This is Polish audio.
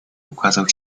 ukazał